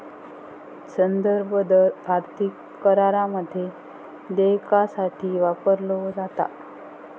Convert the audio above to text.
संदर्भ दर आर्थिक करारामध्ये देयकासाठी वापरलो जाता